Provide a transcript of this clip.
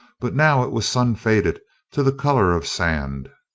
but now it was sun-faded to the color of sand.